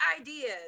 ideas